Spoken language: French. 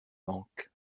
banques